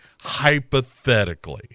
Hypothetically